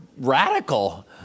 radical